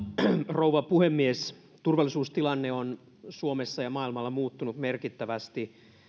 rouva puhemies turvallisuustilanne on suomessa ja maailmalla muuttunut merkittävästi